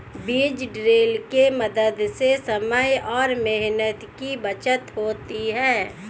बीज ड्रिल के मदद से समय और मेहनत की बचत होती है